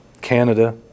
Canada